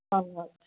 ਧੰਨਵਾਦ